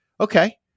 Okay